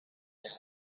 day